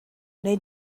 wnei